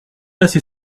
assez